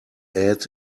add